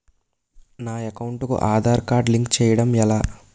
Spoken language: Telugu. నా అకౌంట్ కు ఆధార్ కార్డ్ లింక్ చేయడం ఎలా?